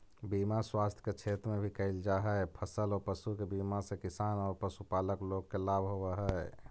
बीमा स्वास्थ्य के क्षेत्र में भी कैल जा हई, फसल औ पशु के बीमा से किसान औ पशुपालक लोग के लाभ होवऽ हई